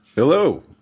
Hello